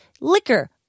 liquor